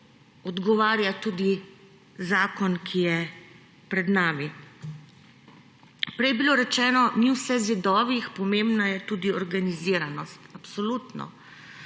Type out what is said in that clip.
odgovarja zakon, ki je pred nami. Prej je bilo rečeno, da ni vse v zidovih, pomembna je tudi organiziranost. Absolutno,